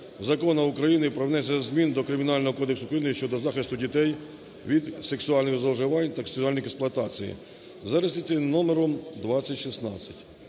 Закону України про внесення змін до Кримінального кодексу України щодо захисту дітей від сексуальних зловживань та сексуальної експлуатації за реєстраційним номером 2016.